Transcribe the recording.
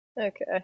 Okay